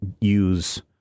use